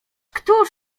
któż